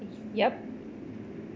yup